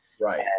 Right